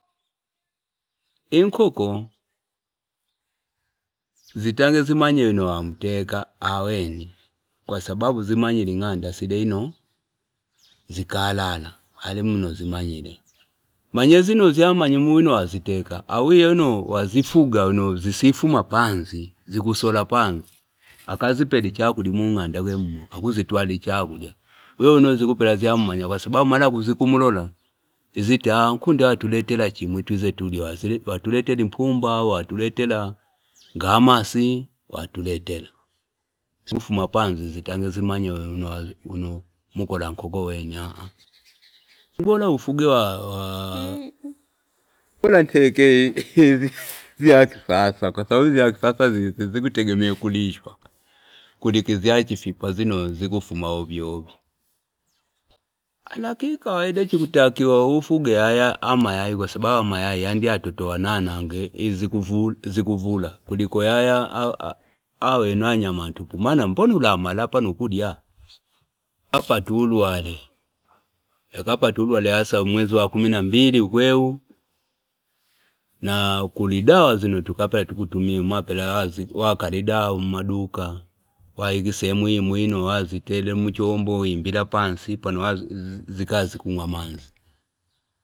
Inkoko zitangezimanye wizo wamteka aweni kwa sababu zimanyile ing'anda sile muno zikalala alimunozimanyile, many zino zyamanaya winowaziteka waiya wino wazifuga zisifuma pazi akazipela ichakulya umung'anda kwene mumo akuzittulila ichakulya wiyo awino zakapela zyammanya kwa sababu ngi zayamulola iziti nkumbi impumba au watuletea nga amasi watuleta zikifuma panzi zitangezima nye wino mukola nkoko aweni! bora inteke zya kisasa kwa sababu za kisiasa zizi zikutegemea ukulishwa kuliko zyachifipa zino zikufuma ovyo ovyo lakini ikawaida chikutakiwe ufuge aya mayayi kwa sababau amayayai yanditotoa na ana ange zikuvula kuliko yaya aya nyama ntupu maana ulamala pano ukulya, afuzikipata nlwale asa mwezi wa kumina mbili ukwene unakukuli dawa dawa zino takapela tukutumia umapela wakala dawa umaduka waika iseemu imwino wazitelela umuchombo wimbila pansi pano zikaya zikumwa manzi.